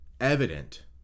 evident